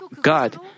God